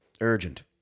Urgent